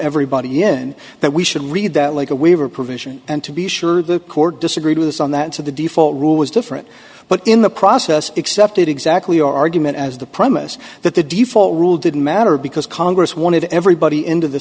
everybody in that we should read that like a waiver provision and to be sure the court disagreed with us on that to the default rule was different but in the process accepted exactly our argument as the premise that the default rule didn't matter because congress wanted everybody into the